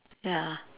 ya